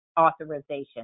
authorization